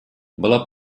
была